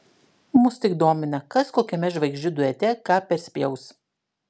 mus tik domina kas kokiame žvaigždžių duete ką perspjaus